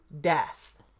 death